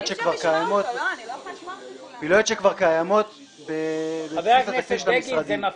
שכבר קיימות בבסיס התקציב של המשרדים.